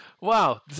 Wow